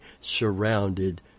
surrounded